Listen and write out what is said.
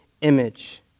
image